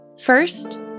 First